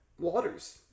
Waters